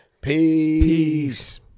Peace